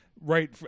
right